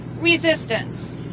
resistance